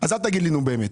אז אל תגיד לי 'נו, באמת'.